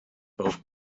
both